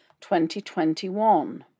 2021